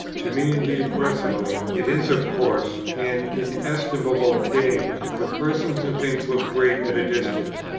to me indeed personally it is of course an inestimable gain but persons and things look great at a distance,